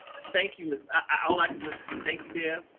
thank you, miss i, all i can do is thank you, deb.